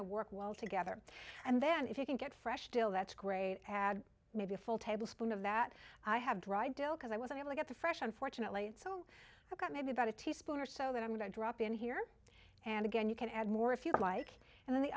of work well together and then if you can get fresh dill that's great maybe a full tablespoon of that i have dried because i was able to get the fresh unfortunately so i got maybe about a teaspoon or so that i'm going to drop in here and again you can add more if you like and then the